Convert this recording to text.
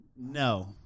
No